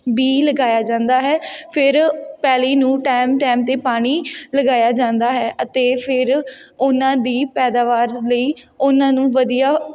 B ਲਗਾਇਆ ਜਾਂਦਾ ਹੈ ਫਿਰ ਪੈਲੀ ਨੂੰ ਟਾਈਮ ਟਾਈਮ 'ਤੇ ਪਾਣੀ ਲਗਾਇਆ ਜਾਂਦਾ ਹੈ ਅਤੇ ਫਿਰ ਉਹਨਾਂ ਦੀ ਪੈਦਾਵਾਰ ਲਈ ਉਹਨਾਂ ਨੂੰ ਵਧੀਆ